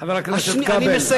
חבר הכנסת כבל,